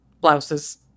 blouses